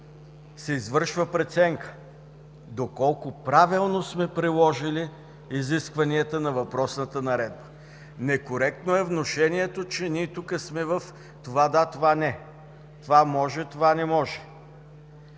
се извършва преценка доколко правилно сме приложили изискванията на въпросната наредба. Некоректно е внушението, че ние тук сме в: това – да, това – не, това – може, това – не може.